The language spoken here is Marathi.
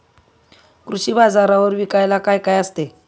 कृषी बाजारावर विकायला काय काय असते?